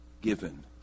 given